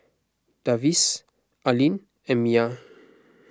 Davis Arlyn and Miya